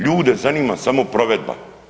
Ljude zanima samo provedba.